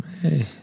Hey